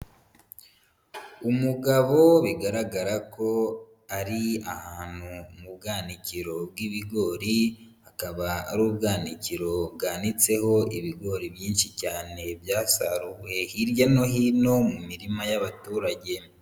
Umugabo bigaragara ko ari ahantu mu bwanikiro bw'ibigori, akaba ari ubwanikiro bwanitseho ibigori byinshi cyane byasaruwe hirya no hino mu mirima y'abaturage.